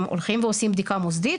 הם הולכים ועושים בדיקה מוסדית.